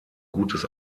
gutes